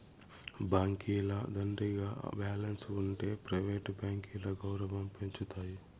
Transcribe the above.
బాంకీల దండిగా బాలెన్స్ ఉంటె ప్రైవేట్ బాంకీల గౌరవం పెంచతాయి